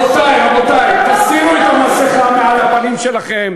רבותי, תסירו את המסכה מעל הפנים שלכם.